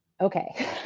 okay